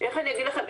איך אני אגיד לכם,